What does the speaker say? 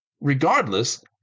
Regardless